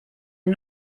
and